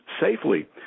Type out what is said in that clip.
safely